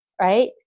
right